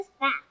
back